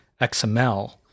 XML